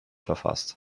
verfasst